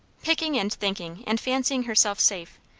picking and thinking and fancying herself safe,